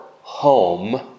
home